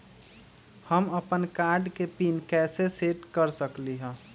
हम अपन कार्ड के पिन कैसे सेट कर सकली ह?